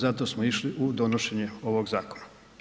Zato smo išli u donošenja ovog zakona.